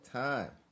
time